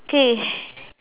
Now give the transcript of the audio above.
okay